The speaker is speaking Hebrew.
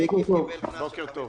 בוקר טוב.